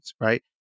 right